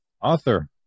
author